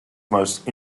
most